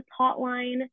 hotline